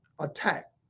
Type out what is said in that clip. attack